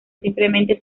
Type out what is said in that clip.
simplemente